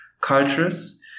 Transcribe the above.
cultures